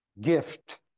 gift